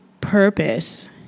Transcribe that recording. purpose